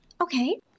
Okay